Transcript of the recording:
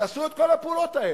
תעשו את כל הפעולות האלה.